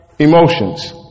Emotions